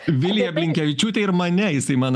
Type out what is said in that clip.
vilija blinkevičiūtė ir mane jisai man